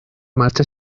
marcha